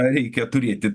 reikia turėti